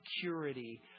security